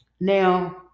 Now